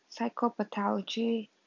psychopathology